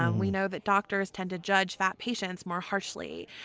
and we know that doctors tend to judge fat patients more harshly,